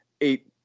eight